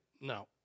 no